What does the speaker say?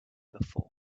before